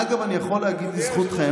אגב, אני יכול להגיד לזכותכם,